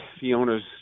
Fiona's